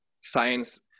science